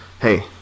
hey